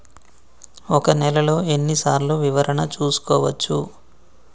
ఒక నెలలో ఎన్ని సార్లు వివరణ చూసుకోవచ్చు?